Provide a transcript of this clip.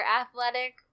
athletic